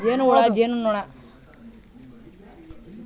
ಜೇನುಹುಳು ಜೇನುನೊಣ ಕ್ಲಾಡ್ನ ಅಪಿಸ್ ಕುಲದ ಸಾಮಾಜಿಕ ಹಾರುವ ಕೀಟವಾಗಿದೆ